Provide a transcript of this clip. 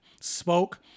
spoke